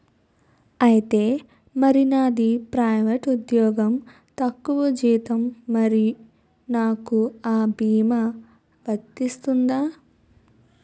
ఐతే మరి నాది ప్రైవేట్ ఉద్యోగం తక్కువ జీతం మరి నాకు అ భీమా వర్తిస్తుందా?